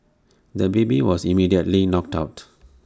the baby was immediately knocked out